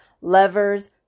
levers